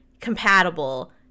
compatible